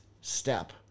step